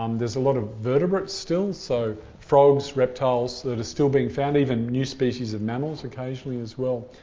um there's a lot of vertebrates still. so frogs, reptiles that are still being found. even new species of mammals occasionally as well.